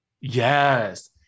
Yes